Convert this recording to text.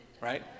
right